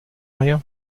rien